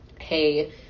hey